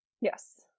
Yes